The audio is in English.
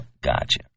gotcha